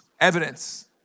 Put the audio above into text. evidence